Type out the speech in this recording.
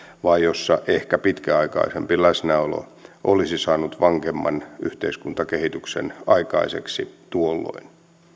vaan ehkä pitkäaikaisempi läsnäolo olisi saanut vankemman yhteiskuntakehityksen aikaiseksi tuolloin